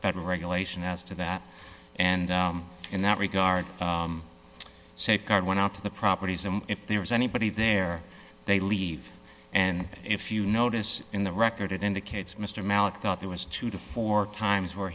federal regulation as to that and in that regard safeguard went out to the properties and if there was anybody there they leave and if you notice in the record it indicates mr mallock thought there was two to four times where